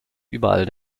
überall